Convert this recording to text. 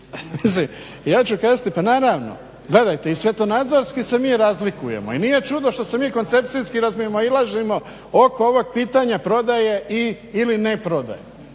Ja ću kasnije pa naravno i svjetonazorski se mi razlikujemo i nije čudo što se mi koncepcijski razmimoilazimo oko ovog pitanja prodaje ili ne prodaje.